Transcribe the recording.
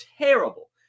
terrible